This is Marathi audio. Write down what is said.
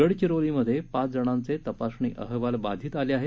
गडचिरोलीमधे पाच जणांचे तपासणी अहवाल बाधित आले आहेत